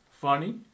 funny